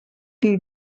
die